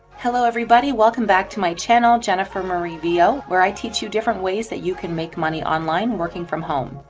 hello, everybody, welcome back to my channel, jennifer marie vo, where i teach you different ways that you can make money online working from home.